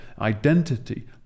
identity